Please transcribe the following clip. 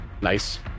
Nice